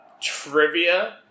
trivia